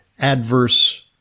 adverse